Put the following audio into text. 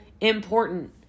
important